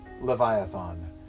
Leviathan